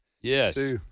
yes